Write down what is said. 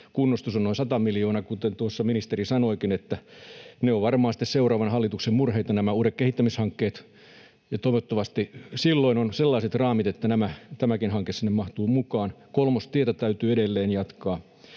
kunnostus on noin 100 miljoonaa. Kuten tuossa ministeri sanoikin, ovat varmaan sitten seuraavan hallituksen murheita nämä uudet kehittämishankkeet, ja toivottavasti silloin on sellaiset raamit, että tämäkin hanke sinne mahtuu mukaan. Kolmostietä täytyy edelleen jatkaa,